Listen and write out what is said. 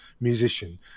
musician